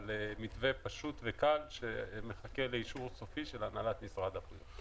זה מתווה פשוט וקל שמחכה לאישור סופי של הנהלת משרד הבריאות.